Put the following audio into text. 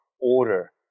order